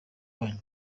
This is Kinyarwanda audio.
wanyu